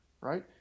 right